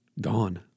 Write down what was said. gone